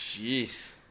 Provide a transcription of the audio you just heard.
Jeez